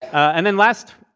and then last,